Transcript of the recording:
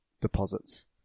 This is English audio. deposits